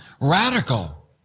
radical